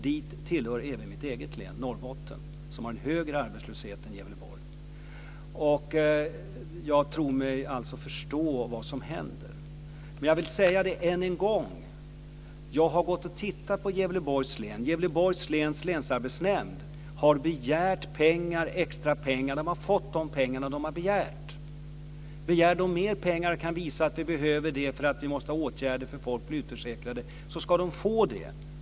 Dit hör även mitt eget län, Norrbotten, som har högre arbetslöshet än Gävleborg. Jag tror mig alltså förstå vad som händer. Jag vill än en gång säga att jag har tittat på Gävleborgs län. Länsarbetsnämnden där har begärt extra pengar och har fått de pengar som de har begärt. Om de begär mer pengar och kan visa att de behöver dem för åtgärder därför att folk blir utförsäkrade ska de få det.